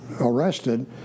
arrested